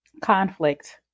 Conflict